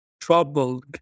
troubled